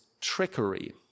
trickery